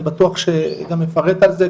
אני בטוח שגם ייפרט על זה,